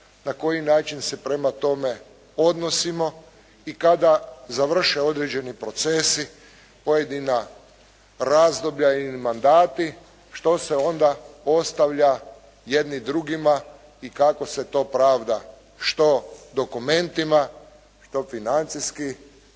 na koji način se prema tome odnosimo i kada završe određeni procesi, pojedina razdoblja ili mandati, što se onda postavlja jedni drugima i kako se to pravda, što dokumentima, što financijski,